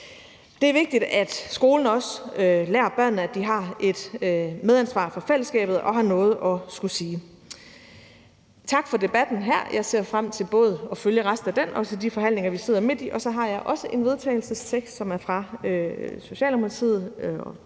Det er vigtigt, at skolen også lærer børnene, at de har et medansvar for fællesskabet og har noget at skulle sige. Tak for debatten her. Jeg ser frem til både at følge resten af den og til de forhandlinger, vi sidder midt i, og så har jeg også en vedtagelsestekst. På vegne af Socialdemokratiet,